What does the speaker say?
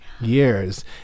years